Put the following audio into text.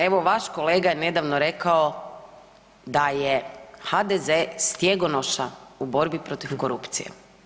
Evo vaš kolega je nedavno rekao da je HDZ stjegonoša u borbi protiv korupcije.